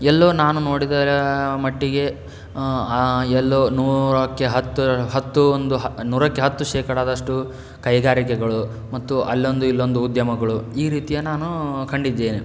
ಎಲ್ಲೋ ನಾನು ನೋಡಿದರ ಮಟ್ಟಿಗೆ ಎಲ್ಲೋ ನೂರಕ್ಕೆ ಹತ್ತರ ಹತ್ತು ಒಂದು ನೂರಕ್ಕೆ ಹತ್ತು ಶೇಕಡದಷ್ಟು ಕೈಗಾರಿಕೆಗಳು ಮತ್ತು ಅಲ್ಲೊಂದು ಇಲ್ಲೊಂದು ಉದ್ಯಮಗಳು ಈ ರೀತಿಯ ನಾನೂ ಕಂಡಿದ್ದೇನೆ